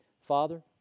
Father